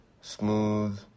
smooth